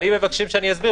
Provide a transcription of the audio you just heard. אם מבקשים שאני אסביר,